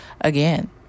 again